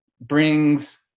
brings